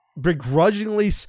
begrudgingly